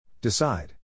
Decide